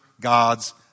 God's